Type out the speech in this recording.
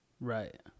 Right